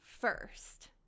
first